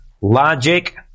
logic